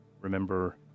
remember